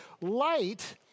light